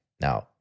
Now